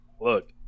Look